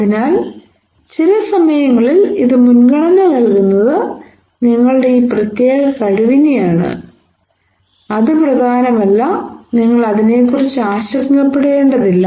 അതിനാൽ ചില സമയങ്ങളിൽ ഇത് മുൻഗണന നൽകുന്നത് നിങ്ങളുടെ ഈ പ്രത്യേക കഴിവിനെ ആണ് അത് പ്രധാനമല്ല നിങ്ങൾ അതിനെക്കുറിച്ച് ആശങ്കപ്പെടേണ്ടതില്ല